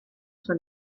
tro